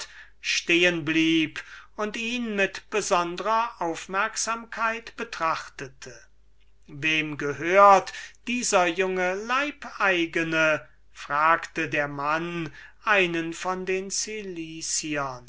stehen blieb und ihn mit besondrer aufmerksamkeit betrachtete wem gehört dieser junge leibeigene fragte endlich der mann einen von den